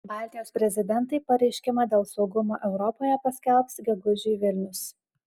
baltijos prezidentai pareiškimą dėl saugumo europoje paskelbs gegužį vilnius